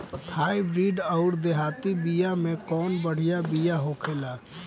Hybrid अउर देहाती बिया मे कउन बढ़िया बिया होखेला?